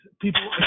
people